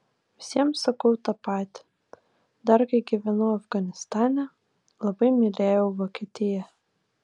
visiems sakau tą patį dar kai gyvenau afganistane labai mylėjau vokietiją